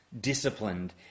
disciplined